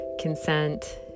consent